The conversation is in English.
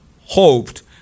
hoped